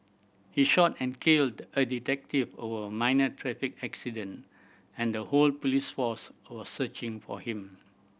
he shot and killed a detective over a minor traffic accident and the whole police force was searching for him